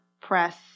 Press